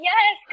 Yes